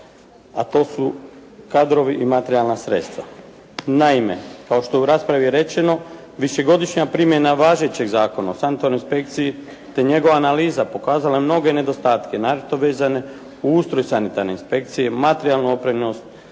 a to su kadrovi i materijalna sredstva. Naime, kao što je u raspravi i rečeno, višegodišnja primjena važećega Zakona o sanitarnoj inspekciji, te njegova analiza pokazala je mnoge nedostatke naročito vezane u ustroj sanitarne inspekcije, materijalnu opremljenost,